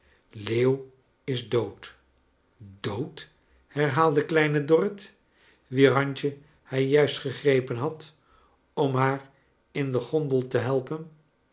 leeuw is iood dood herhaalde kleine dorrit wier handje hij juist gegrepen had om haar in den gondel te helpen